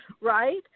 right